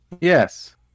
Yes